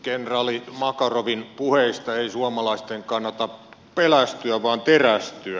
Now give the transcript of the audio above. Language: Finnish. kenraali makarovin puheista ei suomalaisten kannata pelästyä vaan terästyä